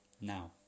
Now